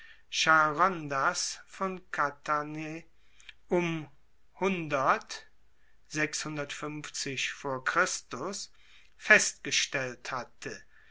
charondas von katane um festgestellt hatte